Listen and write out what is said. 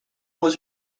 was